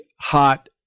hot